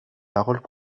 paroles